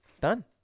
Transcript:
Done